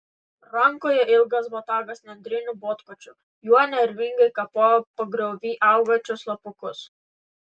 rankoje ilgas botagas nendriniu botkočiu juo nervingai kapoja pagriovy augančius lapukus